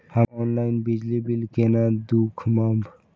हम ऑनलाईन बिजली बील केना दूखमब?